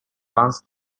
runs